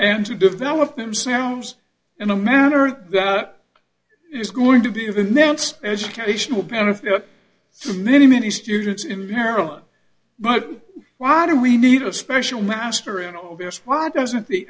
and to develop themselves in a manner that is going to be the next educational benefit for many many students in maryland but why do we need a special master in all this why doesn't the